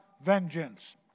vengeance